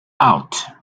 out